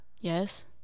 yes